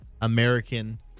American